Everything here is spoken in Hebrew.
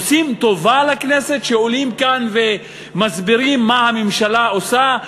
עושים טובה לכנסת שעולים כאן ומסבירים מה הממשלה עושה?